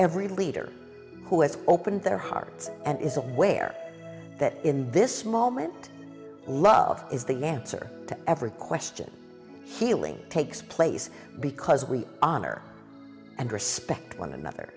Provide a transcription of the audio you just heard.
every leader who has opened their hearts and is aware that in this moment love is the answer to every question healing takes place because we honor and respect one another